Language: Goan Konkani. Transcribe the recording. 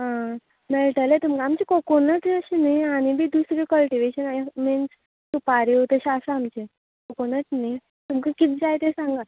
आं मेळटले तुमकां आमचे कोकोनट अशें न्ही आनी बी दुसरें कल्टिवेशन मिन्स सुपाऱ्यो तशें आसा आमचे कोकोनट न्ही तुमकां कित जाय तें सांगात